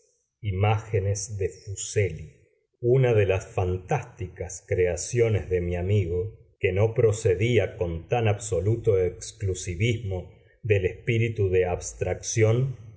imágenes de fuseli una de las fantásticas creaciones de mi amigo que no procedía con tan absoluto exclusivismo del espíritu de abstracción